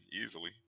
easily